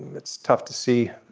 it's tough to see.